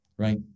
Right